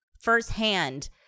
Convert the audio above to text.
firsthand